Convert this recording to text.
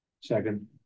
second